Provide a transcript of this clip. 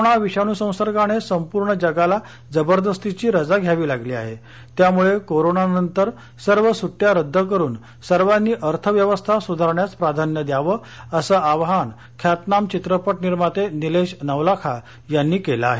corona विषाणू संसर्गाने संपूर्ण जगाला जबरदस्तीची रजा घ्यावी लागली आहे त्यामुळे कोरोना नंतर सर्व सुझ्या रद्द करून सर्वानी अर्थव्यवस्था सुधारण्यास प्राधान्य द्यावे असं आवाहन ख्यातनाम चित्रपट निर्माते निलेश नवलखा यांनी केले आहे